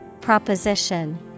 Proposition